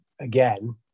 again